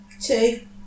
Two